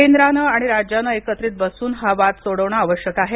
केंद्रानं आणि राज्यानं एकत्रित बसून हा वाद सोडवणं आवश्यक आहे